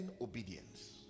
obedience